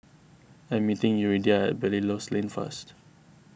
I am meeting Yuridia at Belilios Lane first